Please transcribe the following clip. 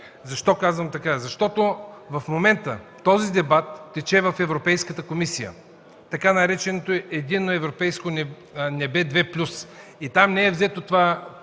Защо казвам това? Защото в момента този дебат тече в Европейската комисия, така нареченото „Единно европейско небе ІІ плюс”. Там не е взето това